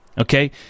okay